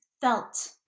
felt